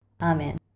Amen